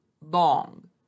long